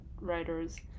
writers